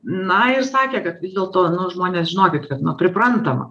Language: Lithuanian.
na ir sakė kad vis dėlto nu žmonės žinokit kad nu priprantama